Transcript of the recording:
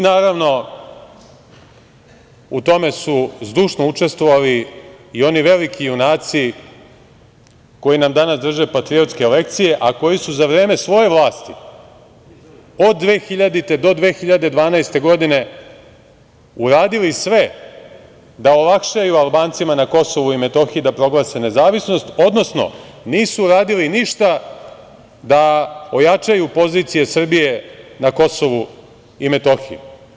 Naravno, u tome su zdušno učestvovali i oni veliki junaci koji nam danas drže patriotske lekcije, a koji su za vreme svoje vlasti, od 2000. do 2012. godine, uradili sve da olakšaju Albancima na Kosovu i Metohiji da proglase nezavisnost, odnosno nisu uradili ništa da ojačaju pozicije Srbije na Kosovu i Metohiji.